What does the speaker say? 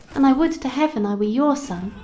and i would to heaven i were your son,